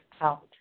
out